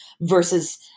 versus